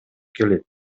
келет